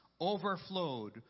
overflowed